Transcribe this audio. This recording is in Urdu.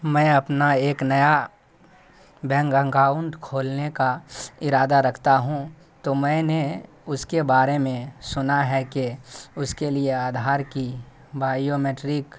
میں اپنا ایک نیا بینک انگاؤنٹ کھولنے کا ارادہ رکھتا ہوں تو میں نے اس کے بارے میں سنا ہے کہ اس کے لی آدھار کی بایو میٹرک